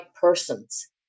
persons